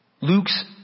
Luke's